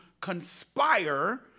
conspire